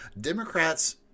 Democrats